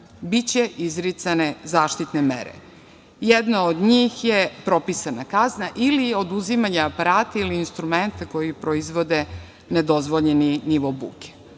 biće izricane zaštitne mere. Jedna od njih je propisana kazna ili oduzimanje aparata ili instrumenta koji proizvode nedozvoljeni nivo buke.